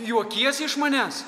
juokiesi iš manęs